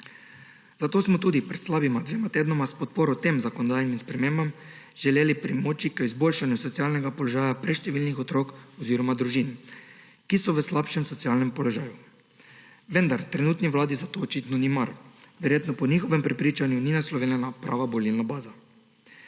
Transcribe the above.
Zato smo tudi pred slabima dvema tednoma s podporo tem zakonodajnim spremembam želeli pripomoči k izboljšanju socialnega položaja preštevilnih otrok oziroma družin, ki so v slabšem socialnem položaju. Vendar trenutni vladi za to očitno ni mar. Verjetno po njihovem prepričanju ni naslovljena prava volilna baza.